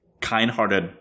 kind-hearted